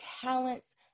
talents